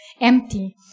empty